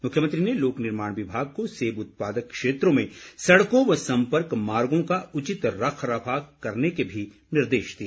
मुख्यमंत्री ने लोक निर्माण विभाग को सेब उत्पादक क्षेत्रों में सड़कों व सम्पर्क मार्गों का उचित रखरखाव करने के निर्देश दिए